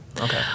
Okay